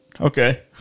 Okay